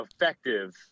effective